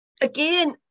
again